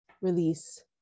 Release